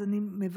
אז אני מבקשת,